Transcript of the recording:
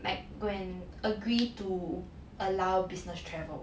like go and agree to allow business travel